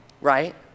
right